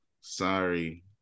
sorry